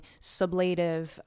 sublative